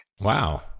Wow